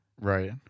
right